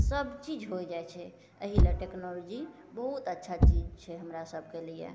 सबचीज हो जाइ छै एहिले टेक्नोलॉजी बहुत अच्छा चीज छै हमरा सभके लिए